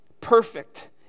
perfect